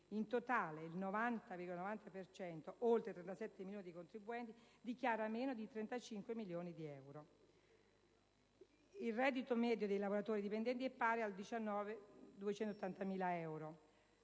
In totale, il 90,90 per cento (oltre 37 milioni di contribuenti) dichiara meno di 35.000 euro. Il reddito medio dei lavoratori dipendenti è pari a 19.280 euro.